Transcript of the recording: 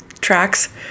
Tracks